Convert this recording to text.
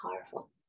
powerful